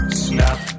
snap